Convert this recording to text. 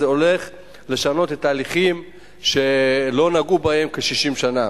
זה הולך לשנות את ההליכים שלא נגעו בהם כ-60 שנה.